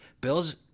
Bills